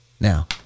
Now